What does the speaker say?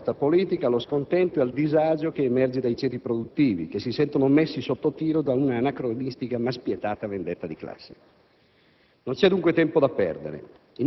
È compito nostro dare voce e dignità a questa politica, allo scontento e al disagio che emerge dai ceti produttivi, che si sentono messi sotto tiro da una anacronistica, ma spietata vendetta di classe.